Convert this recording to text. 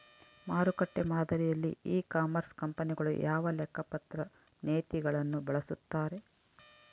ಮಾರುಕಟ್ಟೆ ಮಾದರಿಯಲ್ಲಿ e commerce ಕಂಪನಿಗಳು ಯಾವ ಲೆಕ್ಕಪತ್ರ ನೇತಿಗಳನ್ನು ಬಳಸುತ್ತಾರೆ?